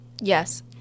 yes